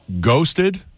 Ghosted